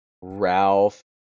Ralph